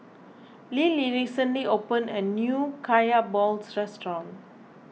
Lillie recently opened a new Kaya Balls restaurant